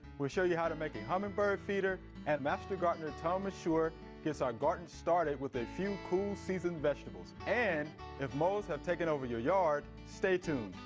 we'll show you how to make a humingbird feeder and master gardener tom ah mashour gets our garden started with a few cool season vegetables. and if moles have taken over your yard, stay tuned.